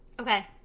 Okay